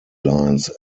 lines